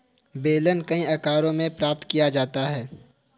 बेलन कई आकारों में प्राप्त किया जाता है